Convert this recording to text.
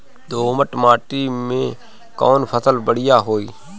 दोमट माटी में कौन फसल बढ़ीया होई?